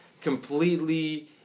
completely